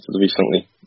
recently